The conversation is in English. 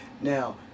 Now